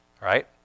right